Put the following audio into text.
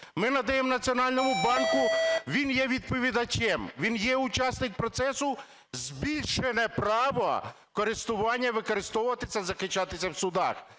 Ми надаємо Національному банку, він є відповідачем, він є учасник процесу, збільшене право користування, використовувати це, захищати це в судах.